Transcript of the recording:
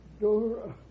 Dora